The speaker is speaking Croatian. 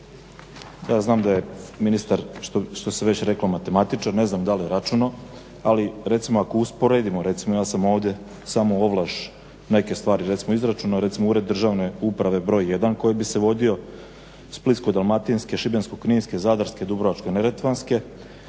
Ja znam da je ministar što se već reklo matematičar, ne znam da li je računao ali recimo ako usporedimo ja sam ovdje samo ovlaš neke stvari izračunao recimo ured državne uprave broji 1 koji bi se vodio Splitsko-dalmatinske, Šibensko-kninske, Zadarske, Dubrovačko-neretvanske